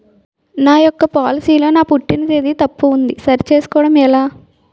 నా యెక్క పోలసీ లో నా పుట్టిన తేదీ తప్పు ఉంది సరి చేసుకోవడం ఎలా?